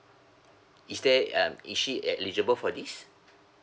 is there um is she eligible for this